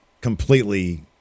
completely